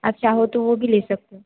आप चाहो तो वो भी ले सकते हो